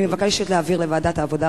אני מבקשת להעביר זאת לוועדת העבודה,